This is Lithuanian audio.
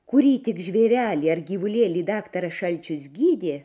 kurį tik žvėrelį ar gyvulėlį daktaras šalčius gydė